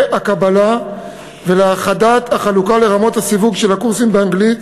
הקבלה ולהאחדת החלוקה לרמות הסיווג של הקורסים באנגלית